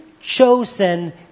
chosen